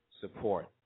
support